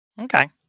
Okay